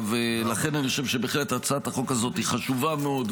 לכן אני חושב שבהחלטת הצעת החוק הזאת היא חשובה מאוד,